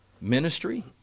ministry